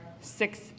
six